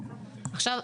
עכשיו,